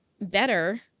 better